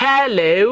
Hello